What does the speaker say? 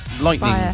lightning